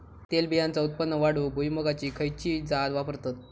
तेलबियांचा उत्पन्न वाढवूक भुईमूगाची खयची जात वापरतत?